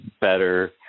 better